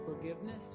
forgiveness